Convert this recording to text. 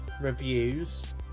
reviews